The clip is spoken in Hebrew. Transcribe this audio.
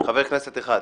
אחד.